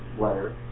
letter